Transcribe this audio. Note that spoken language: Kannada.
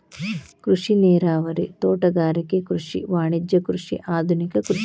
ಕೃಷಿ ನೇರಾವರಿ, ತೋಟಗಾರಿಕೆ ಕೃಷಿ, ವಾಣಿಜ್ಯ ಕೃಷಿ, ಆದುನಿಕ ಕೃಷಿ